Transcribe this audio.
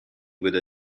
with